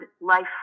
life